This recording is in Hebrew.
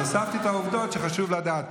אז הוספתי את העובדות שחשוב לדעת,